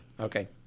Okay